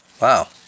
Wow